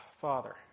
Father